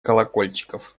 колокольчиков